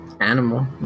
Animal